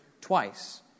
twice